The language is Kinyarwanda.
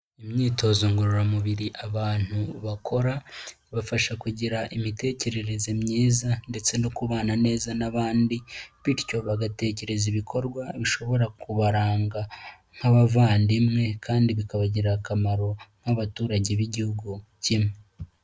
Imyitozo ngororamubiri abantu bakora, ibafasha kugira imitekerereze myiza ndetse no kubana neza n'abandi bityo bagatekereza ibikorwa bishobora kubaranga nk'abavandimwe kandi bikabagirira akamaro nk'abaturage b'Igihugu kimwe.